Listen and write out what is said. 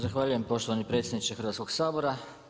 Zahvaljujem poštovani predsjedniče Hrvatskog sabora.